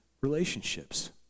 relationships